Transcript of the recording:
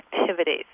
activities